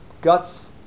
guts